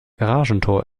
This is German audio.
garagentor